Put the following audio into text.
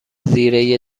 زیره